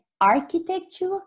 architecture